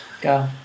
Go